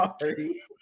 sorry